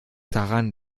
daran